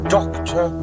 Doctor